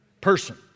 person